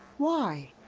why?